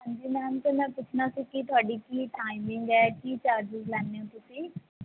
ਹਾਂਜੀ ਮੈਮ ਅਤੇ ਮੈਂ ਪੁੱਛਣਾ ਸੀ ਕਿ ਤੁਹਾਡੀ ਕੀ ਟਾਈਮਿੰਗ ਹੈ ਕੀ ਚਾਰਜਿਸ ਲੈਂਦੇ ਹੋ ਤੁਸੀਂ